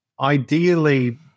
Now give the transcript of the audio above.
ideally